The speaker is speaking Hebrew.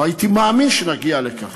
לא הייתי מאמין שנגיע לכך.